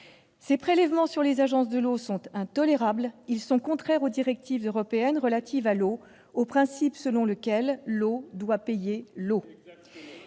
Ces prélèvements sur les agences de l'eau sont intolérables. Ils sont contraires aux directives européennes relatives à l'eau et au principe selon lequel l'eau doit payer l'eau.